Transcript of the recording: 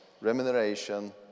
remuneration